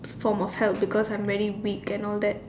form of help because I'm very weak and all that